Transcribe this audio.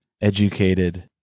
educated